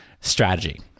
strategy